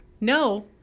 No